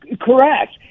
correct